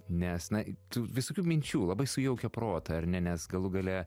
nes na tų visokių minčių labai sujaukia protą ar ne nes galų gale